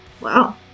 wow